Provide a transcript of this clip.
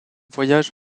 voyage